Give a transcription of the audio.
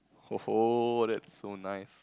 ho ho that's so nice